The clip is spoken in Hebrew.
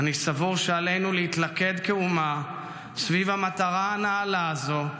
אני סבור שעלינו להתלכד כאומה סביב המטרה הנעלה הזו,